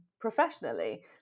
professionally